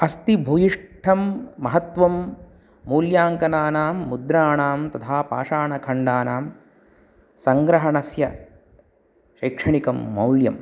अस्ति भूयिष्ठं महत्वं मूल्याङ्कनानां मुद्राणां तथा पाषाणखण्डानां सङ्ग्रहणस्य शैक्षणिकं मौल्यं